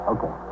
Okay